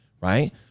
right